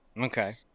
Okay